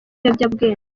ibiyobyabwenge